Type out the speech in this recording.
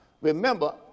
remember